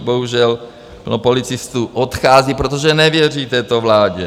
Bohužel plno policistů odchází, protože nevěří této vládě.